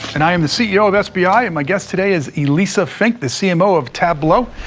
and i am the ceo of sbi. and my guest today is elissa fink, the cmo of tableau.